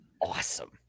awesome